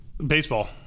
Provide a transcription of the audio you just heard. baseball